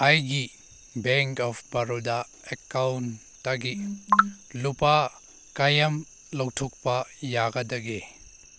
ꯑꯩꯒꯤ bank of Baroda ꯑꯦꯛꯀꯥꯎꯟꯇꯒꯤ ꯂꯨꯄꯥ ꯀꯌꯥꯝ ꯂꯧꯊꯣꯛꯄ ꯌꯥꯒꯗꯒꯦ